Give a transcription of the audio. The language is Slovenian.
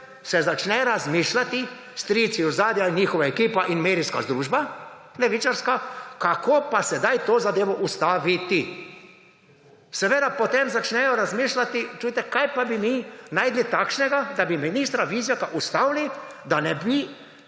se začne razmišljati – strici iz ozadja in njihova ekipa in medijska združba, levičarska –, kako pa sedaj to zadevo ustaviti. Seveda potem začnejo razmišljati – čujte, kaj pa bi mi našli takšnega, da bi ministra Vizjaka ustavili, da ne bi